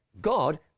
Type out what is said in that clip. God